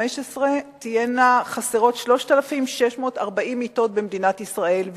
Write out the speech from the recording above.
תהיינה חסרות 3,640 מיטות במדינת ישראל,